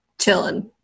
chilling